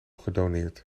gedoneerd